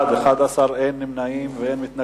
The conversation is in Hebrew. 11 בעד, אין מתנגדים, אין נמנעים.